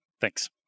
Thanks